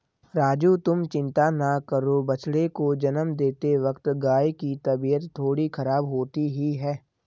राजू तुम चिंता ना करो बछड़े को जन्म देते वक्त गाय की तबीयत थोड़ी खराब होती ही है